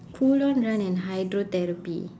cool down run and hydrotherapy